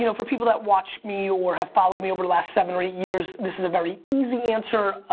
you know for people that watch me or have followed me over the last seven or eight years, this is a very easy answer.